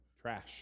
trash